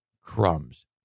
crumbs